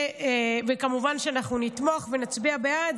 כמובן שאנחנו נתמוך ונצביע בעד.